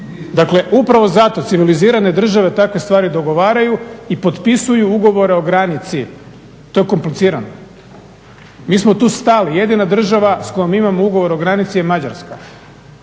Dakle upravo zato civilizirane države takve stvari dogovaraju i potpisuju ugovore o granici. To je komplicirano. Mi smo tu stali. Jedina država s kojom imamo ugovor o granici je Mađarska.